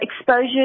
exposure